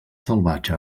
salvatge